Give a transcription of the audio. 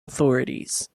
authorities